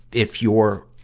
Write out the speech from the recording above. if your,